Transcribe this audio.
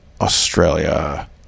Australia